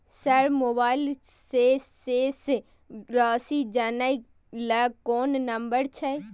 Sir mobile से शेस राशि जानय ल कोन नंबर छै?